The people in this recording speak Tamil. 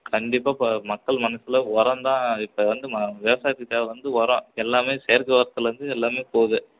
கண்டிப்பாக இப்போ மக்கள் மனசில் உரம் தான் இப்போ வந்து விவசாயத்துக்கு தேவை வந்து உரம் எல்லாம் செயற்கை உரத்துலருந்து எல்லாம் போகுது